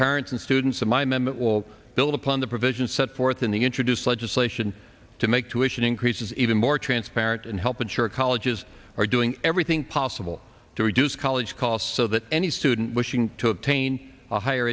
parents and students of my members will build upon the provisions set forth in the introduced legislation to make tuitions increases even more transparent and help ensure colleges are doing everything possible to reduce college costs so that any student wishing to obtain a higher